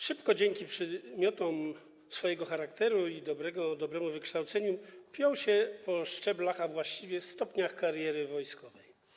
Szybko dzięki przymiotom swojego charakteru i dobremu wykształceniu piął się po szczeblach, a właściwie stopniach kariery wojskowej.